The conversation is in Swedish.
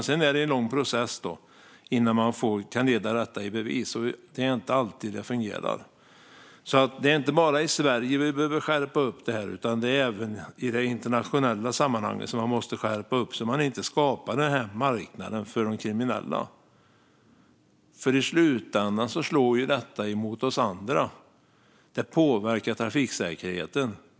Sedan är det en lång process innan man kan leda detta i bevis. Det är inte alltid det fungerar. Det är inte bara i Sverige det behövs skärpta regler, utan även i de internationella sammanhangen måste det ske skärpningar av regelverk så att inte marknader skapas för de kriminella. I slutändan slår detta mot oss andra. Det påverkar trafiksäkerheten.